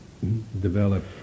develop